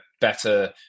better